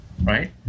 Right